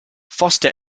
foster